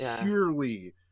purely